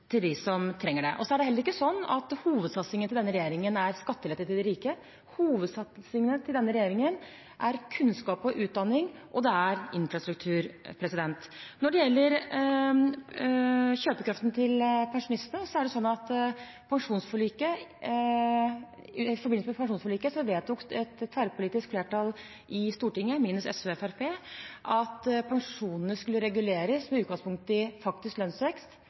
trenger det. Det er heller ikke slik at hovedsatsingen til denne regjeringen er skattelette til de rike. Hovedsatsingene til denne regjeringen er kunnskap, utdanning og infrastruktur. Når det gjelder kjøpekraften til pensjonistene, vedtok et tverrpolitisk flertall i Stortinget, minus SV og Fremskrittspartiet, i forbindelse med pensjonsforliket at pensjonene skulle reguleres med utgangspunkt i faktisk lønnsvekst minus 0,75 pst. Når man ser på den måten å regulere på, ser man at pensjonistene har kommet mye bedre ut med